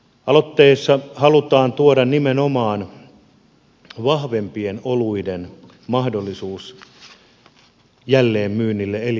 aloitteessa halutaan tuoda mahdollisuus nimenomaan vahvempien oluiden jälleenmyyntiin eli ulosmyyntiin